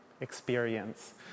experience